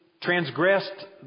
transgressed